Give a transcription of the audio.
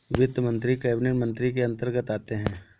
वित्त मंत्री कैबिनेट मंत्री के अंतर्गत आते है